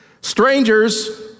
Strangers